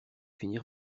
finir